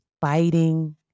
fighting